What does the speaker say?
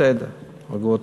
בסדר, הרגו אותו.